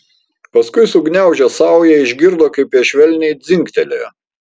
paskui sugniaužė saują išgirdo kaip jie švelniai dzingtelėjo